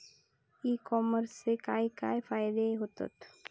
E कॉमर्सचे काय काय फायदे होतत?